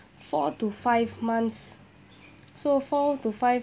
four to five months so four to five